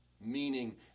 meaning